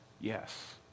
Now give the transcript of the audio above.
Yes